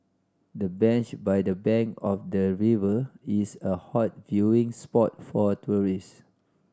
the bench by the bank of the river is a hot viewing spot for tourist